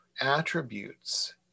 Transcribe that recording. attributes